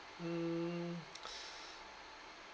mm